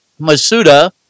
Masuda